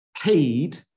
paid